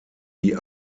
die